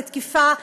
לתקיפה,